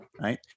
right